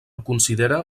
considera